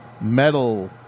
metal